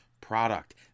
product